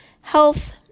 health